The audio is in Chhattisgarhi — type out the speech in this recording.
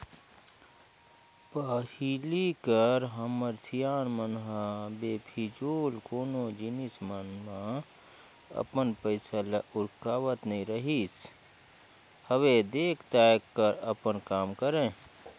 पहिली कर हमर सियान मन ह बेफिजूल कोनो जिनिस मन म अपन पइसा ल उरकावत नइ रिहिस हवय देख ताएक कर अपन काम करय